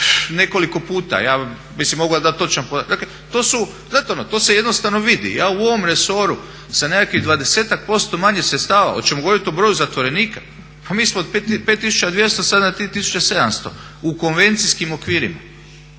nekoliko puta, mislim mogu vam dati točan podatak. To se jednostavno vidi. Ja u ovom resoru sa nekakvih 20-ak posto manje sredstava. Hoćemo govoriti o broju zatvorenika? Pa mi smo od 5.200 sada na 3.700 u konvencijskim okvirima,